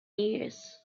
years